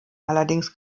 allerdings